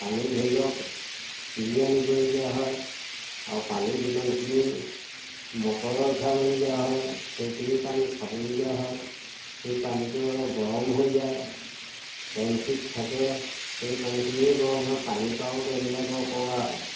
পানী ধৰি লওক কিনি আনিবলগীয়া হয় আৰু পানী যিমানখিনি মটৰে উঠাবলগীয়া হয় সেইখিনি পানী খাবলগীয়া হয় সেই পানীটো অলপ গৰম হৈ যায় টেংকিত থাকে সেই পানীখিনিও গৰম হয় পানীৰপৰাও তেওঁবিলাকৰ অপকাৰ হয়